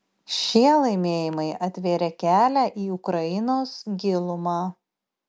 šie laimėjimai atvėrė kelią į ukrainos gilumą